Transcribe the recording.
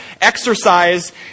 Exercise